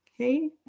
Okay